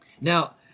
Now